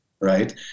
right